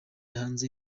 hanze